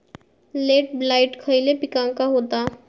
Late blight खयले पिकांका होता?